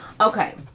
Okay